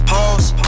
Pose